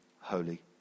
Holy